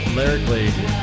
lyrically